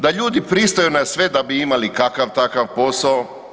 Da ljudi pristaju na sve da bi imali kakav-takav posao?